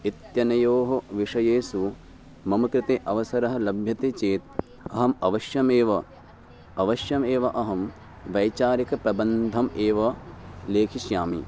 इत्यनयोः विषययोः मम कृते अवसरः लभ्यते चेत् अहम् अवश्यमेव अवश्यमेव अहं वैचारिकप्रबन्धम् एव लेखिष्यामि